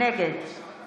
נגד